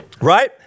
Right